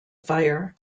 fire